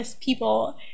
people